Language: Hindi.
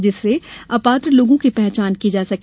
जिससे अपात्र लोगों की पहचान की जा सके